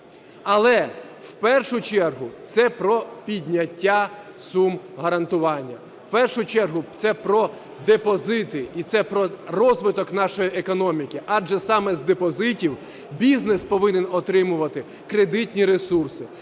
Але в першу чергу це про підняття сум гарантування, в першу чергу це про депозити і це про розвиток нашої економіки, адже саме з депозитів бізнес повинен отримувати кредитні ресурси,